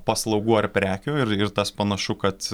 paslaugų ar prekių ir ir tas panašu kad